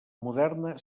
moderna